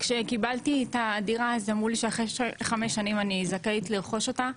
כשקיבלתי את הדירה אז אמרו לי שאחרי חמש שנים אני זכאית לרכוש אותה,